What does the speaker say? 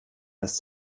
ist